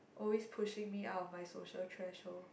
always pushing me out of my social threshold